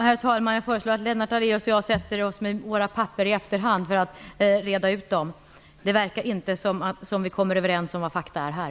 Herr talman! Jag föreslår att Lennart Daléus och jag sätter oss med våra papper i efterhand för att reda ut siffrorna. Det verkar inte som att vi kommer överens om fakta här.